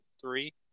three